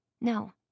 No